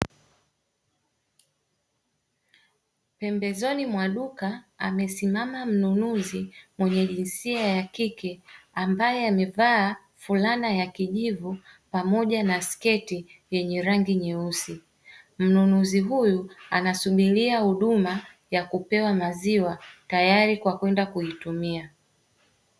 Pembezoni mwa duka amesimama mnunuzi mwenye jinsia ya kike, ambaye amevaa fulana ya kijivu pamoja na sketi yenye rangi nyeusi. Mnunuzi huyu anasubiria huduma ya kupewa maziwa tayari kwa kwenda kuitumia.